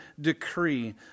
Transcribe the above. decree